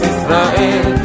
Israel